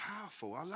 powerful